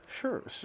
Sure